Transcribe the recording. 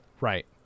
Right